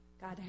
God